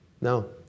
No